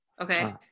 okay